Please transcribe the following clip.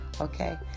Okay